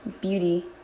beauty